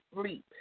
sleep